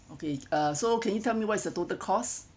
uh so can you tell me what is the total cost